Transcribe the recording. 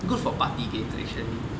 good for party games actually